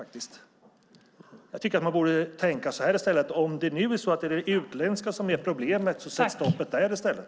Jag tycker att man i stället borde tänka så här: Om det nu är det utländska som är problemet, så sätt stoppet där i stället!